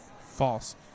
False